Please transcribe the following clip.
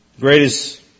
Greatest